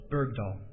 Bergdahl